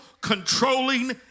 controlling